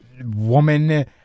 woman